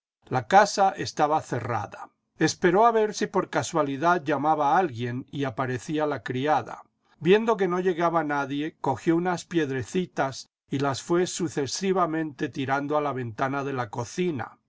la casa estaba cerrada esperó a ver si por casualidad llamaba alguien y aparecía la criada viendo que no llegaba nadie cogió unas piedrecitas y las fué sucesivamente tirando a la ventana de la cocina